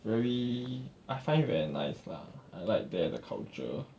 very I find very nice lah I like there the culture